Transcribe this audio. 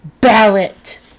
ballot